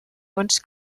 bons